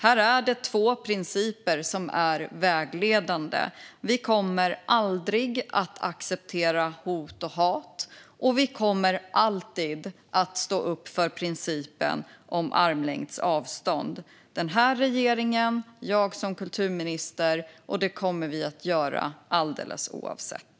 Här är det två principer som är vägledande: Vi kommer aldrig att acceptera hot och hat, och vi kommer alltid att stå upp för principen om armlängds avstånd. Det gäller den här regeringen och mig som kulturminister, och vi kommer att göra det alldeles oavsett.